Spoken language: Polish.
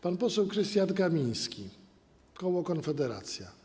Pan poseł Krystian Kamiński, koło Konfederacja.